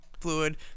fluid